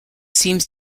seems